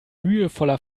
mühevoller